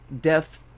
death